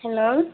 hello